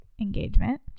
engagement